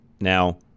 Now